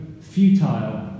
futile